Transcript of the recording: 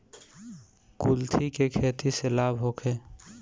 कुलथी के खेती से लाभ होखे?